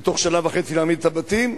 ותוך שנה וחצי להעמיד את הבתים,